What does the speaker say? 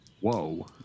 Whoa